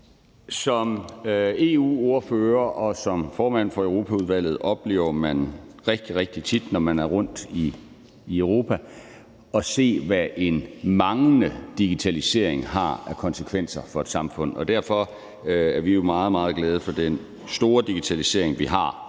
Som EU-ordfører og som formand for Europaudvalget oplever man rigtig, rigtig tit, når man er rundt i Europa, at se, hvad en manglende digitalisering har af konsekvenser for et samfund. Derfor er vi jo meget, meget glade for den store digitalisering, vi har